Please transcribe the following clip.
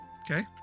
Okay